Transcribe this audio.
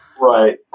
Right